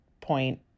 point